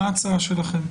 מה ההצעה שלכם?